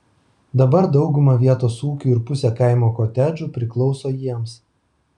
dabar dauguma vietos ūkių ir pusė kaimo kotedžų priklauso jiems